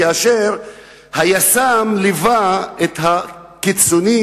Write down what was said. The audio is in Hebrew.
כאשר היס"מ ליווה את הקיצונים,